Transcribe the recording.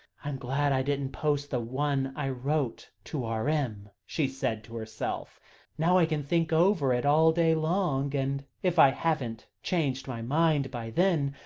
i'm glad i didn't post the one i wrote to r m, she said to herself now i can think over it all day long, and if i haven't changed my mind by then,